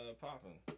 popping